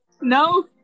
No